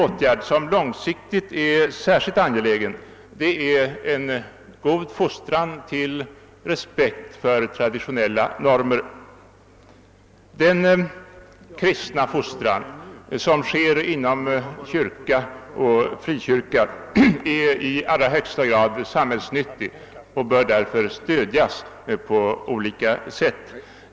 Men vad som långsiktigt är särskilt angeläget är en god fostran till respekt för traditionella normer. Den kristna fostran som förmedlas genom kyrka och frikyrka är i allra högsta grad samhällsnyttig och bör därför stödjas på olika sätt.